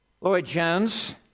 Lloyd-Jones